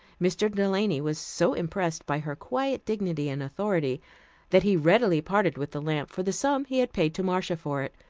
mr. delany was so impressed by her quiet dignity and authority that he readily parted with the lamp for the sum he had paid to marcia for it,